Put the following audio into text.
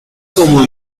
como